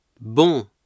Bon